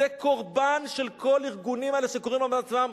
הם קורבן של כל הארגונים האלה שקוראים היום לעצמם,